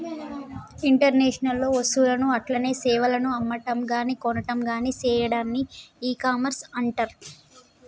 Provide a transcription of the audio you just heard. internet లో వస్తువులను అట్లనే సేవలను అమ్మటంగాని కొనటంగాని సెయ్యాడాన్ని ఇకామర్స్ అంటర్